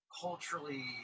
culturally